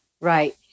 Right